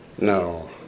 No